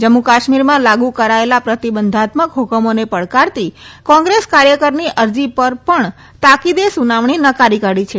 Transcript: જમ્મુ કાશ્મીરમાં લાગુ કરાચેલા પ્રતિબંધાત્મક હકમોને પડકારતી કોંગ્રેસ કાર્યકરની અરજી પર પણ તાકીદે સુનાવણી નકારી કાઢી છે